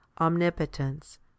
omnipotence